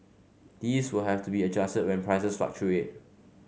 these will have to be adjusted when prices fluctuate